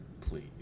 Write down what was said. Please